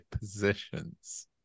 positions